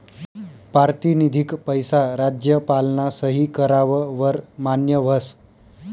पारतिनिधिक पैसा राज्यपालना सही कराव वर मान्य व्हस